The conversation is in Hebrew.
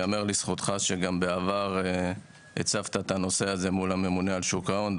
ייאמר לזכותך שבעבר הצפת את הנושא הזה מול הממונה על שוק ההון,